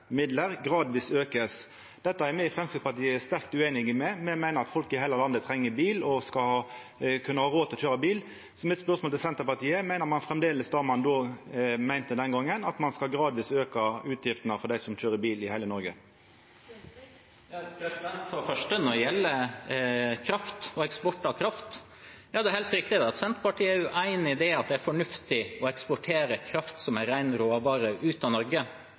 gradvis økes». Dette er me i Framstegspartiet sterkt ueinige i. Me meiner at folk i heile landet treng bil og skal kunna ha råd til å køyra bil. Mitt spørsmål til Senterpartiet er: Meiner ein framleis det ein meinte den gongen, at ein gradvis skal auka utgiftene for dei som køyrer bil, i heile Noreg? Når det gjelder kraft og eksport av kraft, er det helt riktig at Senterpartiet er uenig i at det er fornuftig å eksportere kraft som en ren råvare ut av